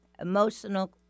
emotional